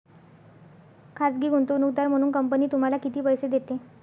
खाजगी गुंतवणूकदार म्हणून कंपनी तुम्हाला किती पैसे देते?